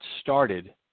started